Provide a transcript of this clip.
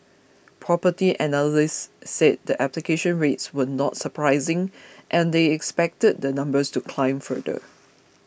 Property Analysts said the application rates were not surprising and they expected the numbers to climb further